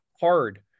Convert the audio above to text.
hard